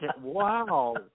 Wow